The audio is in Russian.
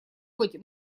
быть